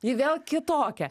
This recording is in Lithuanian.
ji vėl kitokia